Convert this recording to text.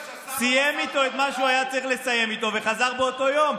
סיים איתו את מה שהוא היה צריך לסיים איתו וחזר באותו יום.